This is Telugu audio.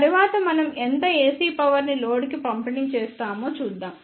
తరువాత మనం ఎంత AC పవర్ ని లోడ్కి పంపిణీ చేస్తామో చూద్దాం